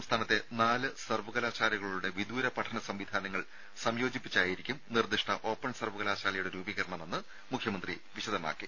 സംസ്ഥാനത്തെ നാലു സർവകലാശാലകളുടെ വിദൂര പഠന സംവിധാനങ്ങൾ സംയോജിപ്പിച്ചായിരിക്കും നിർദ്ദിഷ്ട ഓപ്പൺ സർവകലാശാലയുടെ രൂപീകരണമെന്ന് മുഖ്യമന്ത്രി വിശദീകരിച്ചു